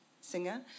singer